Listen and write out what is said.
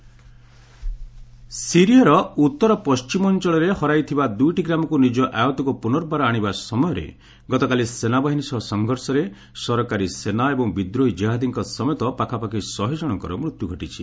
Syria death ସିରିଆର ଉତ୍ତର ପଶ୍ଚିମ ଅଞ୍ଚଳରେ ହରାଇଥିବା ଦୁଇଟି ଗ୍ରାମକୁ ନିଜ ଆୟତ୍ତକୁ ପୁନର୍ବାର ଆଶିବା ସମୟରେ ଗତକାଲି ସେନାବାହିନୀ ସହ ସଂଘର୍ଷରେ ସରକାରୀ ସେନା ଏବଂ ବିଦ୍ରୋହୀ ଜେହାଦୀଙ୍କ ସମେତ ପାଖାପାଖି ଶହେଜଣଙ୍କର ମୃତ୍ୟୁ ଘଟିଛି